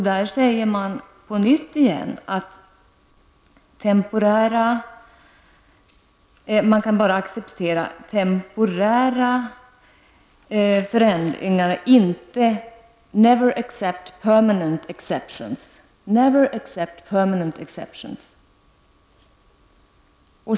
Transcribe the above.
Där säger man på nytt att man bara kan acceptera temporära förändringar, ''never accept permanent exceptions''.